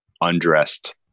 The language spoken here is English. undressed